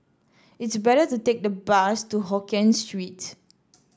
it's better to take the bus to Hokkien Street